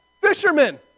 Fishermen